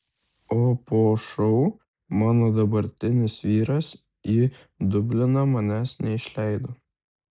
o po šou mano dabartinis vyras į dubliną manęs nebeišleido